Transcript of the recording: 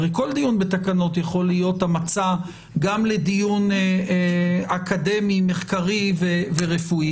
הרי כל דיון בתקנות יכול להיות המלצה גם לדיון אקדמי מחקרי ורפואי